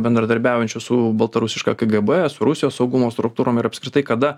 bendradarbiaujančių su baltarusiška kgb su rusijos saugumo struktūrom ir apskritai kada